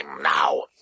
now